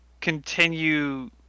continue